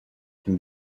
can